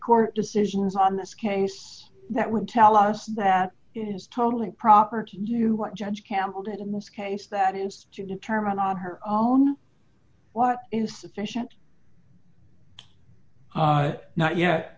court decisions on this case that would tell us that it is totally proper to you what judge campbell did in this case that is to determine on her own what is sufficient but not yet